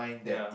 ya